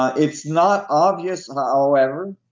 it's not obvious however,